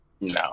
No